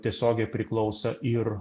tiesiogiai priklausė ir